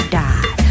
die